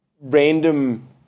random